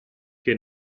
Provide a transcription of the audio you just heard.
che